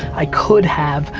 i could have,